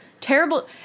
terrible